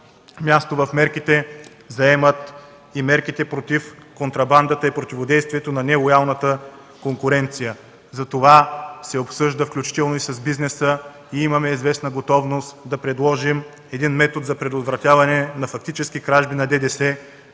място в мерките заемат и мерките против контрабандата и противодействието на нелоялната конкуренция. Затова се обсъжда, включително и с бизнеса, и имаме известна готовност да предложим един метод за предотвратяване на фактически кражби на ДДС,